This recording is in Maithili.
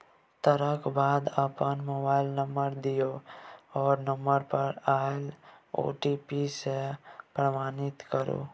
तकर बाद अपन मोबाइल नंबर दियौ आ नंबर पर आएल ओ.टी.पी सँ प्रमाणित करु